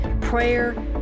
prayer